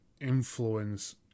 influence